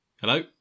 Hello